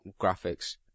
graphics